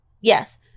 yes